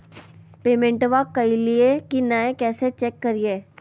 पेमेंटबा कलिए की नय, कैसे चेक करिए?